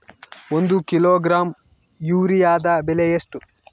ಒಂದು ಕಿಲೋಗ್ರಾಂ ಯೂರಿಯಾದ ಬೆಲೆ ಎಷ್ಟು?